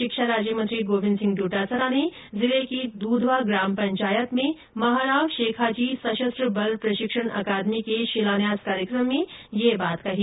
शिक्षा राज्यमंत्री गोविन्द सिंह डोटासरा ने जिले की द्धवा ग्राम पंचायत में महाराव शेखाजी सशस्त्र बल प्रशिक्षण अकादमी के शिलान्यास कार्यक्रम में यह बात कही